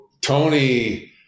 Tony